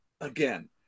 again